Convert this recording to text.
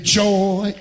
joy